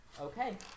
okay